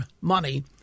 money